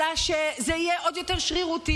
אלא שזה יהיה עוד יותר שרירותי,